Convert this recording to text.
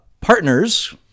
Partners